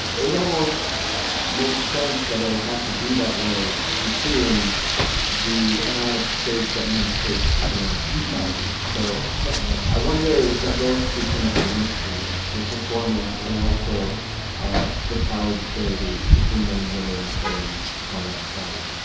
it almost makes sense that i would have to be that way considering the amount of space that men take in society. so yeah i wonder if those two things are linked for you the performance and also ah the power disparity between men and women in common society